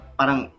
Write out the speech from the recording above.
parang